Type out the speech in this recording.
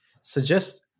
suggest